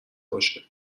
باشه